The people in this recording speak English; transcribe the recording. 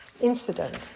incident